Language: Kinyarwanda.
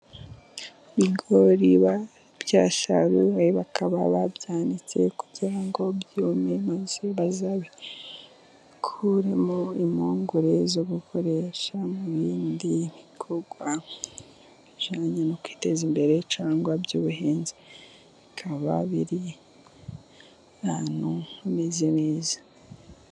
Ibigori byasharuwe bakaba babyanitse kugira ngo byume maze bazabikuremo impungure zo gukoresha mu bindi bikorwa, bijyanye no mu kwiteza imbere cyangwa by'ubuhinzi, bikaba biri ahantu hameze neza.